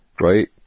right